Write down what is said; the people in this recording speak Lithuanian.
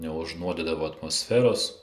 neužnuodydavo atmosferos